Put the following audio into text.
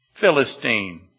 Philistine